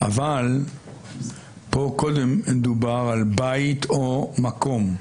אבל מדובר על בית או מקום.